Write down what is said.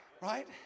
Right